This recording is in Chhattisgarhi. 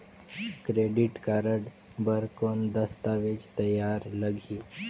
क्रेडिट कारड बर कौन दस्तावेज तैयार लगही?